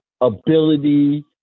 ability